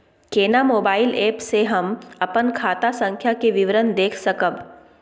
केना mobile app से हम अपन खाता संख्या के विवरण देख सकब?